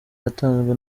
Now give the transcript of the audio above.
yatanzwe